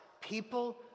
People